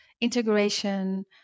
integration